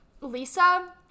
Lisa